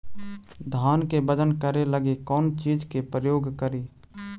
धान के बजन करे लगी कौन चिज के प्रयोग करि?